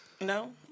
no